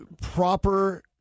proper